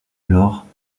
alors